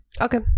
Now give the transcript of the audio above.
okay